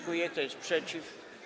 Kto jest przeciw?